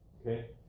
okay